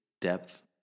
depth